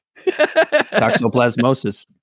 toxoplasmosis